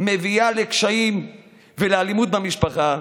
מביאות לקשיים ולאלימות במשפחה,